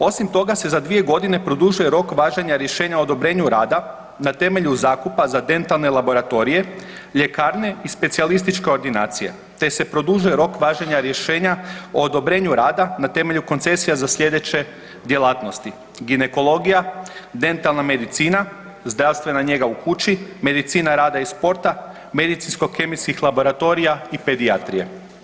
Osim toga se za 2 godine produžuje rok važenja rješenja o odobrenju rada, na temelju zakupa za dentalne laboratorije, ljekarne i specijalističke ordinacije, te se produžuje rok važenja rješenja o odobrenju rada na temelju koncesija za sljedeće djelatnosti: ginekologija, dentalna medicina, zdravstvena njega u kući, medicina rada i sporta, medicinsko-kemijskih laboratorija i pedijatrije.